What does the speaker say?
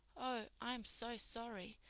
oh, i'm so sorry,